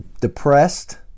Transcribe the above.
depressed